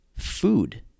Food